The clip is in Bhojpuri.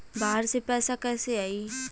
बाहर से पैसा कैसे आई?